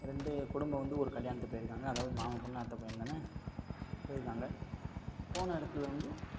ரெண்டு குடும்பம் வந்து ஒரு கல்யாணத்துக்கு போயிருக்காங்க அதாவது மாமன் பொண்ணு அத்தை பையன்தானே போயிருக்காங்க போன இடத்துல வந்து